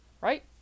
right